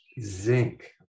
zinc